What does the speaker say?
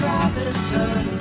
Robinson